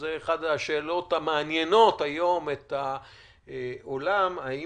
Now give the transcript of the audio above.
זאת אחת השאלות המעניינות היום את העולם, האם